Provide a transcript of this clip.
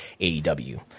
AEW